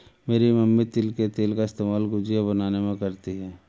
मेरी मम्मी तिल के तेल का इस्तेमाल गुजिया बनाने में करती है